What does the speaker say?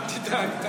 אל תדאג.